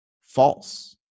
false